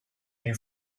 new